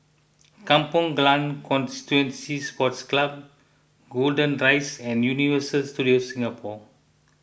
Kampong Glam Constituency Sports Club Golden Rise and Universal Studios Singapore